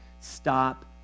Stop